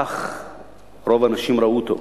כך רוב האנשים ראו אותו.